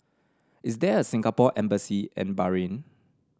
is there a Singapore Embassy in Bahrain